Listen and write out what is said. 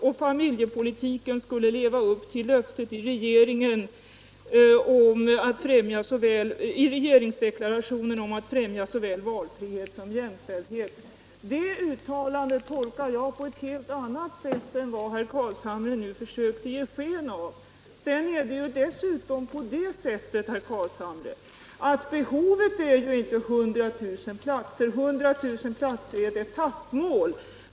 Och familjepolitiken skulle leva upp till löftet i regeringsdeklarationen om att främja såväl valfrihet som jämställdhet.” Det uttalandet tolkar jag på ett helt annat sätt än vad herr Carlshamre nu försökte ge sken av. Dessutom, herr Carlshamre, är ju behovet inte 100 000 platser. Siffran 100 000 är ett etappmål.